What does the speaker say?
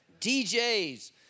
DJs